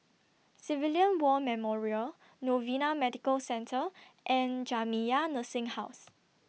Civilian War Memorial Novena Medical Centre and Jamiyah Nursing Home